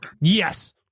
Yes